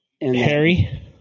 Harry